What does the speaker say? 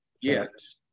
Yes